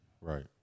Right